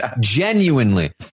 genuinely